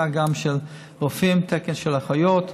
זה גם תקן של רופאים ותקן של אחיות.